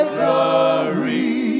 glory